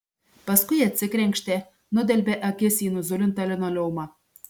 paskui atsikrenkštė nudelbė akis į nuzulintą linoleumą